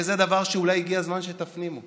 וזה דבר שאולי הגיע הזמן שתפנימו,